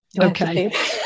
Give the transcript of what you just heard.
Okay